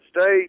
State